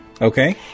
Okay